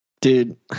Dude